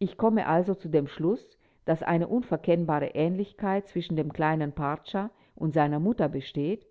ich komme also zu dem schluß daß eine unverkennbare ähnlichkeit zwischen dem kleinen pracza und seiner mutter besteht